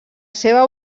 seva